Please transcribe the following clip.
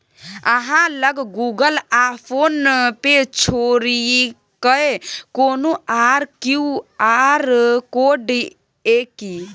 अहाँ लग गुगल आ फोन पे छोड़िकए कोनो आर क्यू.आर कोड यै कि?